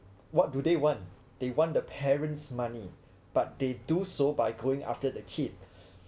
what do they want they want the parents' money but they do so by going after the kid